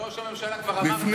אדוני ראש הממשלה, כבר אמרת,